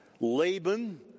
Laban